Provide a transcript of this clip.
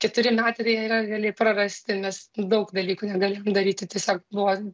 keturi metai ir jie yra realiai prarasti nes daug dalykų negalėjom daryti tiesiog buvo